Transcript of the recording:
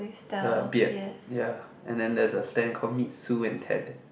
the beard ya and then there's a stand call meet Sue and Ted